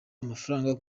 amafaranga